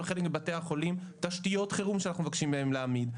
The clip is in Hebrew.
חלק מבתי החולים תשתיות חירום שאנחנו מבקשים מהם להעמיד.